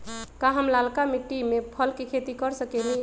का हम लालका मिट्टी में फल के खेती कर सकेली?